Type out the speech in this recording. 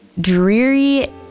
dreary